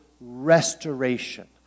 restoration